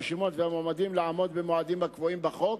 הרשימות והמועמדים לעמוד במועדים הקבועים בחוק,